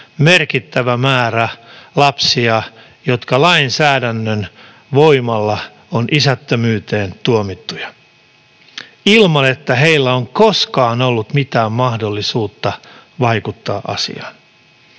merkittävä määrä lapsia, jotka lainsäädännön voimalla ovat isättömyyteen tuomittuja, ilman että heillä on koskaan ollut mitään mahdollisuutta vaikuttaa asiaan.